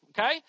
Okay